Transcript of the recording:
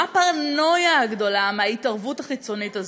מה הפרנויה הגדולה מההתערבות החיצונית הזאת?